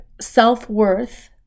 self-worth